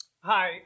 Hi